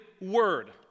Word